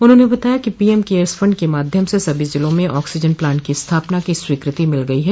उन्होंने बताया कि पीएम केयर्स फंड के माध्यम से सभी जिलों में ऑक्सीजन प्लांट की स्थापना की स्वीकृति मिल गई है